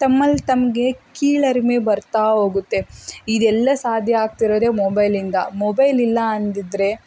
ತಮ್ಮಲ್ಲಿ ತಮಗೆ ಕೀಳರಿಮೆ ಬರ್ತಾ ಹೋಗುತ್ತೆ ಇದೆಲ್ಲ ಸಾಧ್ಯ ಆಗ್ತಿರೋದೆ ಮೊಬೈಲಿಂದ ಮೊಬೈಲ್ ಇಲ್ಲ ಅಂದಿದ್ದರೆ